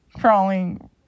crawling